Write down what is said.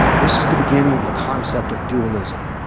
this is the beginning of the concept of dualism.